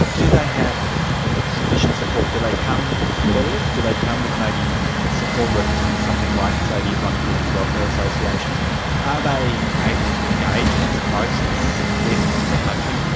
do they have sufficient support? do they come with lawyers? do they come with maybe support workers from something like, say, the islamic women's welfare association? are they able to engage in this process with their husband,